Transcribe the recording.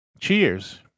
cheers